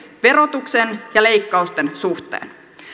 verotuksen ja leikkausten suhteen